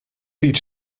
sieht